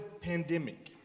pandemic